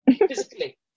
physically